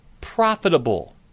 profitable